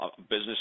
business